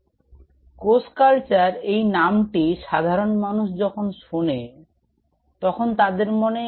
তো কোষ কালচার এই নামটি সাধারণ মানুষ যখন শোনে তখন তাদের মনে